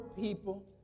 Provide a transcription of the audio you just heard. people